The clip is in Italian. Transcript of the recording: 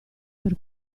per